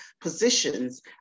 positions